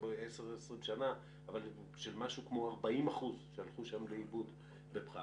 20-10 שנה, של משהו כמו 40% שהלכו שם לאיבוד בפחת.